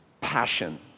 passion